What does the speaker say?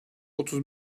otuz